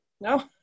No